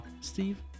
Steve